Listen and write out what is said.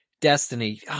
destiny